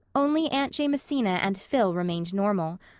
only aunt jamesina and phil remained normal.